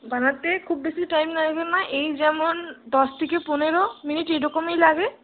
বানাতে খুব বেশি টাইম লাগবে না এই যেমন দশ থেকে পনেরো মিনিট এইরকই লাগে